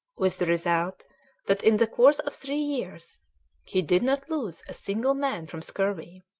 with the result that in the course of three years he did not lose a single man from scurvy.